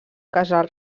casal